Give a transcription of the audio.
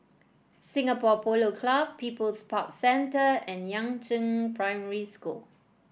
Singapore Polo Club People's Park Centre and Yangzheng Primary School